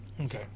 Okay